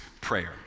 prayer